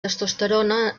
testosterona